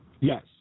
Yes